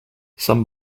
some